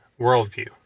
worldview